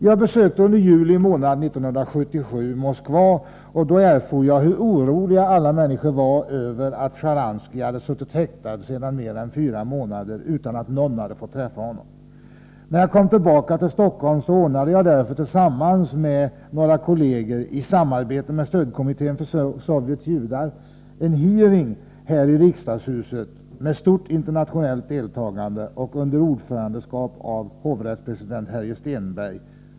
Jag besökte under juli månad 1977 Moskva, och då erfor jag hur oroliga alla människor var över att Sjtjaranskij suttit häktad i mer än fyra månader utan att någon hade fått träffa honom. När jag kom tillbaka till Stockholm ordnade jag därför tillsammans med några kolleger i samarbete med Stödkommittén för Sovjets judar en hearing i riksdagshuset, den 23 augusti 1977, med stort internationellt deltagande, under ordförandeskap av hovrättspresident Härje Stenberg.